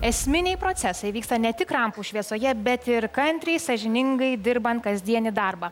esminiai procesai vyksta ne tik rampų šviesoje bet ir kantriai sąžiningai dirbant kasdienį darbą